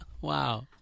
Wow